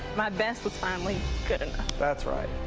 my best was finally good enough. that's right.